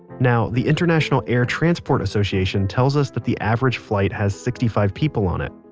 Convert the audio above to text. now, the international air-transport association tells us that the average flight has sixty five people on it.